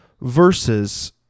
versus